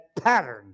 pattern